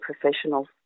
professionals